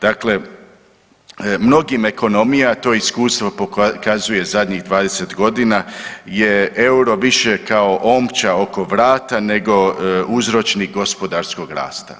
Dakle, mnogim ekonomija, a to iskustvo pokazuje zadnjih 20 godina, je euro više kao omča oko vrata nego uzročnik gospodarskog rasta.